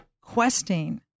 questing